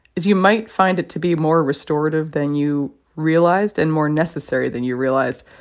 as you might find it to be more restorative than you realized and more necessary than you realized.